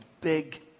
big